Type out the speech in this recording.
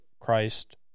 Christ